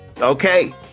Okay